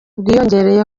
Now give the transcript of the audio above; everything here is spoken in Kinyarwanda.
bwiyongereye